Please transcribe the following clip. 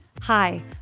Hi